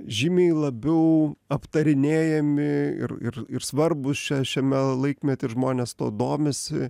žymiai labiau aptarinėjami ir ir ir svarbūs čia šiame laikmety ir žmonės tuo domisi